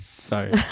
Sorry